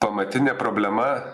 pamatinė problema